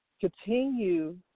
continue